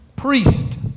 priest